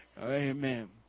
Amen